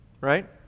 Right